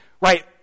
right